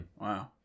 Wow